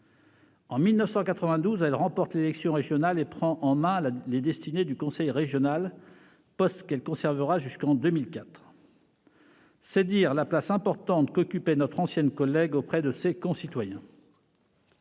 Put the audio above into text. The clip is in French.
En 1992, elle remporte l'élection régionale et prend en main les destinées du conseil régional. Elle conservera ce poste jusqu'en 2004. C'est dire la place importante qu'occupait notre ancienne collègue auprès de ses concitoyens.